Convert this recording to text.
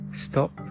stop